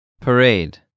Parade